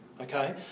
Okay